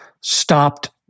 stopped